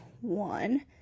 one